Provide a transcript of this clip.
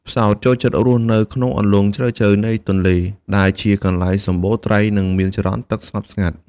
ផ្សោតចូលចិត្តរស់នៅក្នុងអន្លង់ជ្រៅៗនៃទន្លេ ដែលជាកន្លែងសម្បូរត្រី និងមានចរន្តទឹកស្ងប់ស្ងាត់។